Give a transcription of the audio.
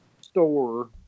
store